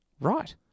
Right